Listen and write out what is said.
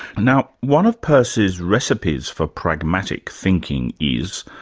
now, one of peirce's recipes for pragmatic thinking is,